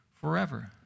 forever